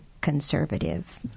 conservative